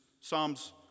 Psalms